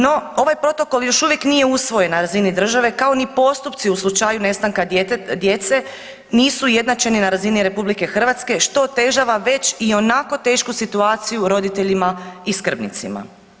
No, ovaj protokol još uvijek nije usvojen na razini države kao ni postupci u slučaju nestanka djece nisu ujednačeni na razini RH što otežava već ionako tešku situaciju roditeljima i skrbnicima.